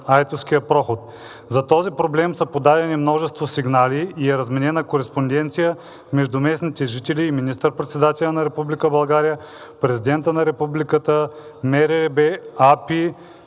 Айтоския проход. За този проблем са подадени множество сигнали и е разменена кореспонденция между местните жители и министър- председателя на Република България, президента на Република България,